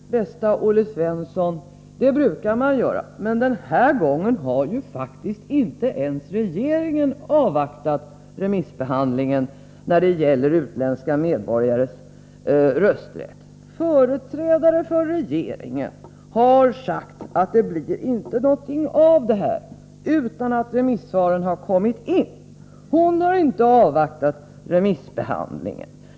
Det brukar man göra. Men, bäste Olle Svensson, den här gången har ju faktiskt inte ens regeringen avvaktat remissbehandlingen när det gäller utländska medborgares rösträtt. En företrädare för regeringen har sagt att det inte blir någonting av detta — utan att remissvaren har kommit in. Hon har inte avvaktat remissbehandlingen.